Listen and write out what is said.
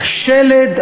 השלד,